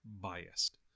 biased